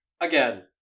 again